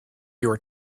your